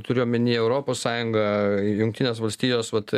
turiu omeny europos sąjunga jungtinės valstijos vat